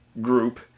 group